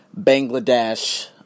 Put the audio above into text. Bangladesh